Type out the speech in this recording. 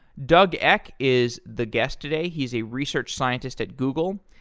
doug eck is the guest today. he's a research scientist at google.